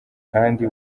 kandi